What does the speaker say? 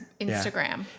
Instagram